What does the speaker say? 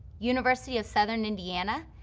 university of southern indiana,